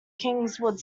kingswood